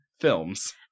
films